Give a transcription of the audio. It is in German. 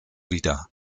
wieder